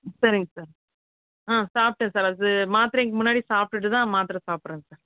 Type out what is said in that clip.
சரிங்க சார் சாப்பிட்டேன் சார் அது மாத்திரைக்கு முன்னாடி சாப்பிடுட்டு தான் மாத்திரை சாப்பிட்றேன் சார்